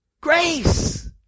grace